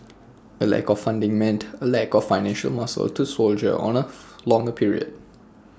A lack of funding meant A lack of financial muscle to soldier on A longer period